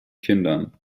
kindern